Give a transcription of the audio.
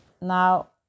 Now